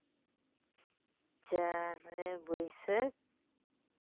ᱪᱟᱨᱮ ᱵᱟᱹᱭᱥᱟᱹᱠᱷ